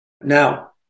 Now